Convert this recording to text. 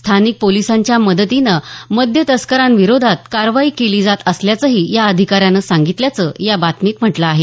स्थानिक पोलिसांच्या मदतीने मद्यतस्करांविरोधात कारवाई केली जात असल्याचंही या अधिकाऱ्यानं सांगितल्याचं या बातमीत म्हटलं आहे